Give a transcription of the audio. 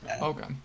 Okay